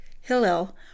Hillel